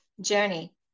journey